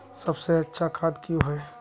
सबसे अच्छा खाद की होय?